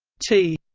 t